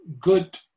good